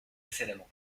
précédemment